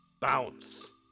bounce